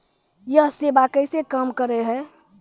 यह सेवा कैसे काम करै है?